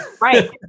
Right